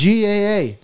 GAA